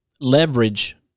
leverage